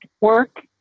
work